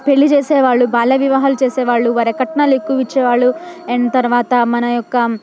పెళ్ళి చేసేవాళ్ళు బాల్య వివాహాలు చేసేవాళ్ళు వరకట్నాలు ఎక్కువ ఇచ్చేవాళ్ళు అండ్ తరువాత మన యొక్క